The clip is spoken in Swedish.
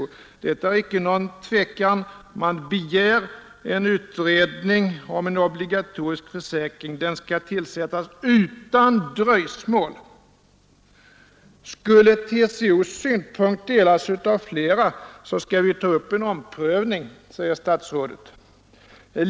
Det är icke någon tvekan. Man begär en utredning om en obligatorisk försäkring; den skall tillsättas utan dröjsmål. Skulle TCO :s synpunkter delas av flera, så skall vi göra en omprövning, säger statsrådet.